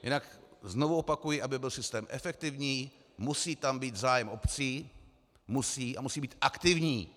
Jinak znovu opakuji aby byl systém efektivní, musí tam být zájem obcí a musí být aktivní.